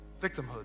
victimhood